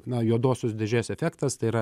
na juodosios dėžės efektas tai yra